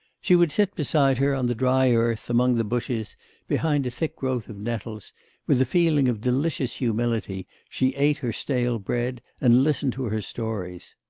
she would sit beside her on the dry earth among the bushes behind a thick growth of nettles with a feeling of delicious humility she ate her stale bread and listened to her stories.